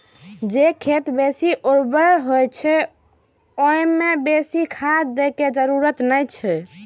जे खेत बेसी उर्वर होइ छै, ओइ मे बेसी खाद दै के जरूरत नै छै